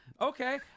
okay